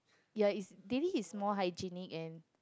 ya it's daily is more hygienic and